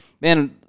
man